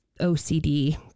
OCD